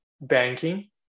banking